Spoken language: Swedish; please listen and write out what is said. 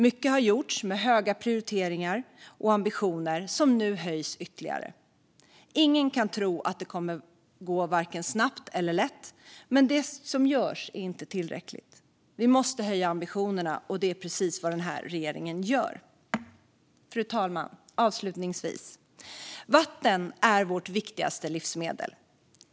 Mycket har gjorts med höga ambitioner, som nu höjs ytterligare. Ingen kan tro att det kommer att gå vare sig snabbt eller lätt, men det som görs är inte tillräckligt. Vi måste höja ambitionerna, och det är precis vad regeringen gör. Fru talman! Vatten är vårt viktigaste livsmedel.